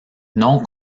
non